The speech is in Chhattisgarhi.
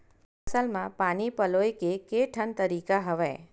फसल म पानी पलोय के केठन तरीका हवय?